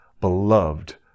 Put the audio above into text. beloved